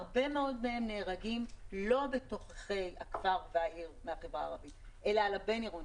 שהרבה מאוד מהם נהרגים לא בתוך הכפר והעיר אלא על הבין-עירוני,